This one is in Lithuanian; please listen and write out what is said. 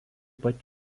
pat